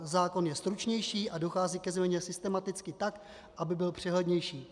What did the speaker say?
Zákon je stručnější a dochází ke změně systematicky tak, aby byl přehlednější.